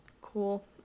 cool